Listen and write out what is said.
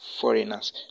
foreigners